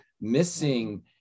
missing